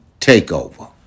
Takeover